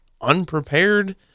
unprepared